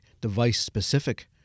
device-specific